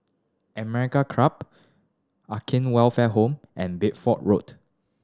American Club Acacia Welfare Home and Bedford Road